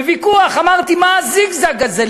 בוויכוח, אמרתי: מה הזיגזג הזה?